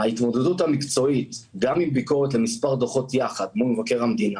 ההתמודדות המקצועית גם עם ביקורת על מספר דוחות יחד מול מבקר המדינה,